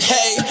Hey